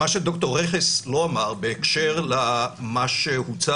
מה שד"ר רכס לא אמר בהקשר למה שהוצע